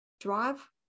drive